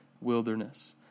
wilderness